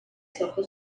sortu